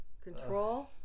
control